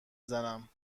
زنم